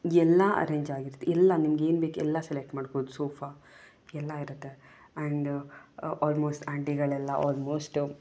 ಎಲ್ಲ ಅರೇಂಜ್ ಆಗಿರುತ್ತೆ ಎಲ್ಲ ನಿಮ್ಗೇನು ಬೇಕು ಎಲ್ಲ ಸೆಲೆಕ್ಟ್ ಮಾಡ್ಕೋ ಸೋಫಾ ಎಲ್ಲ ಇರುತ್ತೆ ಆ್ಯಂಡ್ ಆಲ್ಮೋಸ್ಟ್ ಆಂಟಿಗಳೆಲ್ಲ ಆಲ್ಮೋಸ್ಟ್